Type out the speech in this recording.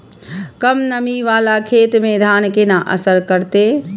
कम नमी वाला खेत में धान केना असर करते?